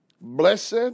Blessed